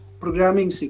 programming